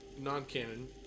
non-canon